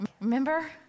remember